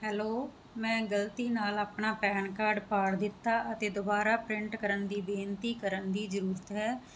hello ਮੈਂ ਗਲਤੀ ਨਾਲ ਆਪਣਾ ਪੈਨ ਕਾਰਡ ਪਾੜ ਦਿੱਤਾ ਅਤੇ ਦੁਬਾਰਾ ਪ੍ਰਿੰਟ ਕਰਨ ਦੀ ਬੇਨਤੀ ਕਰਨ ਦੀ ਜ਼ਰੂਰਤ ਹੈ